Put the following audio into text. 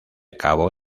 cabo